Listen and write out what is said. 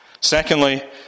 secondly